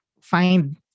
find